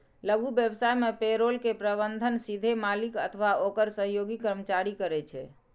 लघु व्यवसाय मे पेरोल के प्रबंधन सीधे मालिक अथवा ओकर सहयोगी कर्मचारी करै छै